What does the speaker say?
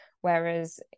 whereas